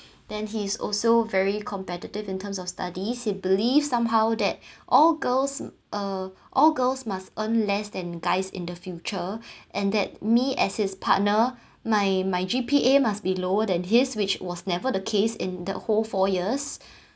then he's also very competitive in terms of studies he believes somehow that all girls uh all girls must earn less than guys in the future and that me as his partner my my G_P_A must be lower than his which was never the case in the whole four years